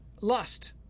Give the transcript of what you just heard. lust